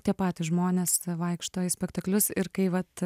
tie patys žmonės vaikšto į spektaklius ir kai vat